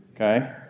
Okay